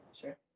Sure